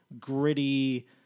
gritty